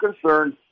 concerned